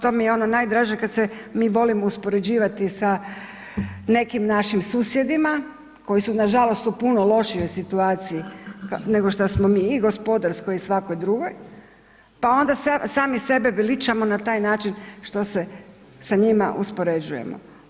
To mi je ono najdraže kada se mi volimo uspoređivati sa nekim našim susjedima koji su nažalost u puno lošijoj situaciji nego što smo mi i gospodarskoj i svakoj drugoj, pa onda sami sebe veličamo na taj način što se sa njima uspoređujemo.